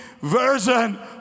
version